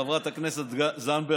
חברת הכנסת זנדברג,